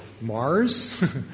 Mars